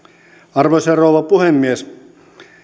arvoisa rouva puhemies